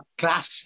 class